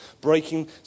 breaking